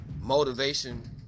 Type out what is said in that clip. motivation